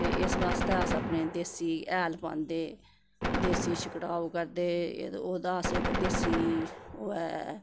इस बास्तै अस अपने देसी हैल पांदे देसी छिकड़ाऊ करदे एह्दा ओह्दा इक देसी ओह् ऐ